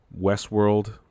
Westworld